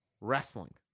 wrestling